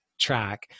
track